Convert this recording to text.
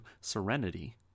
serenity